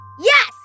Yes